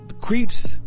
creeps